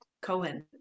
Cohen